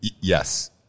Yes